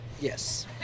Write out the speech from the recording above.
Yes